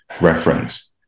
reference